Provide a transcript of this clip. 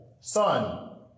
Son